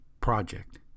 project